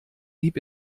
rieb